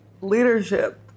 Leadership